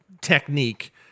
technique